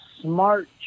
smart